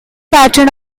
pattern